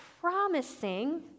promising